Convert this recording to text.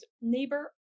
neighbor